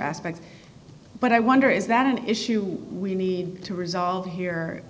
aspect but i wonder is that an issue we need to resolve here